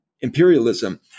imperialism